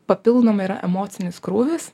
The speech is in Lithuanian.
papildomai yra emocinis krūvis